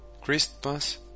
Christmas